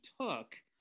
took